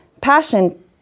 passion